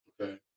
okay